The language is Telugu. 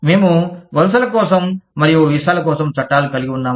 మేము వలసల కోసం మరియు వీసాల కోసం చట్టాలు కలిగి వున్నాము